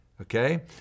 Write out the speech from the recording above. okay